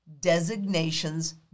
designations